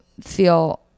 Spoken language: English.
feel